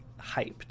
hyped